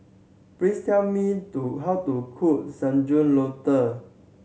please tell me to how to cook Sayur Lodeh